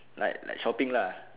like like shopping lah